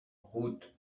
route